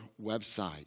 website